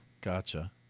Gotcha